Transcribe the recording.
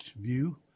view